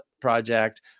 project